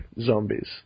zombies